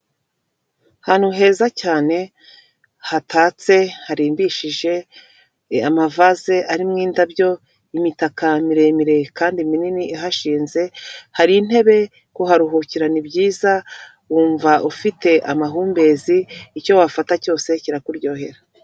Ahantu heza cyane hatatse harimbishije, amavase arimo indabyo, n'imitaka miremire kandi minini ihashinze, hari intebe kuharuhukirana ibyiza wumva ufite amahumbezi icyo wafata cyose kirakuryohera.